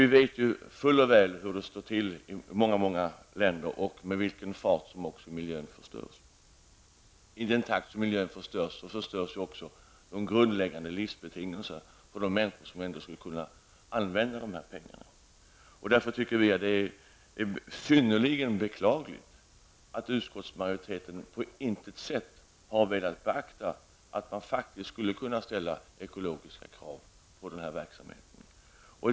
Vi vet ju fuller väl hur det står till i många länder och med vilken fart som miljön förstörs. I samma takt som miljön förstörs, förstörs även de grundläggande livsbetingelserna för de människor som skulle kunna använda de här pengarna. Vi tycker därför att det är synnerligen beklagligt att utskottsmajoriteten på intet sätt har velat beakta att man faktiskt skulle kunna ställa ekologiska krav på den här verksamheten.